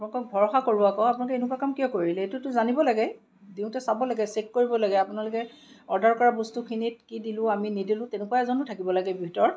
আপোনালোকক ভৰসা কৰোঁ আকৌ আপোনালোকে এনেকুৱা কাম কিয় কৰিলে এইটোতো জানিব লাগে দিওঁতে চাব লাগে চেক কৰিব লাগে আপোনালোকে অৰ্ডাৰ কৰা বস্তুখিনিত কি দিলোঁ আমি নিদিলোঁ তেনেকুৱা এজনো থাকিব লাগে ভিতৰত